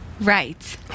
Right